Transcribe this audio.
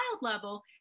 level